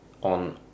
on